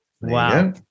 Wow